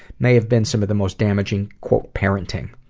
may have been some of the most damaging parenting.